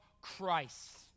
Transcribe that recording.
Christ